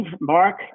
Mark